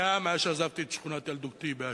גם מאז עזבתי את שכונת ילדותי ב"אשטרום".